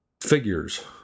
figures